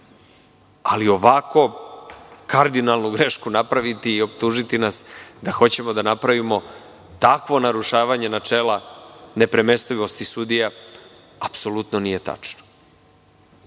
Ali, ovako kardinalnu grešku napraviti i optužiti nas da hoćemo da napravimo takvo narušavanje načela nepremestivosti sudija – apsolutno nije tačno.